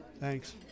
Thanks